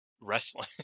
wrestling